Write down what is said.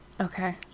Okay